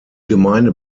gemeinde